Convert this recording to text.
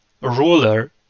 ruler